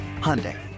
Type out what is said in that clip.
Hyundai